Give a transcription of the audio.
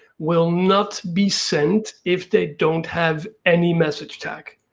will not be sent if they don't have any message tag.